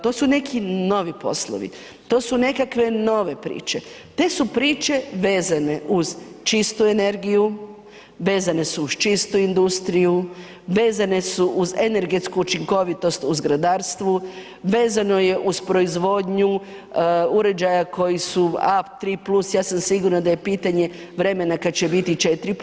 To su neki novi poslovi, to su nekakve nove priče, te su priče vezane uz čistu energiju, vezane su uz čistu industriju, vezane su uz energetsku učinkovitost u zgradarstvu, vezano je uz proizvodnju uređaja koji su A3+, ja sam sigurna da je pitanje vremena kad će biti i 4+